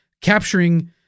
capturing